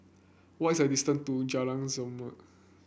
what's the distance to Jalan Zamrud